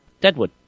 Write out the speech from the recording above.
Deadwood